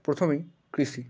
প্রথমে কৃষি